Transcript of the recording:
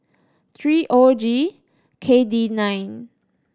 three O G K D nine